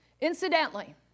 Incidentally